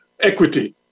equity